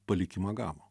palikimą gavo